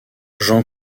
jean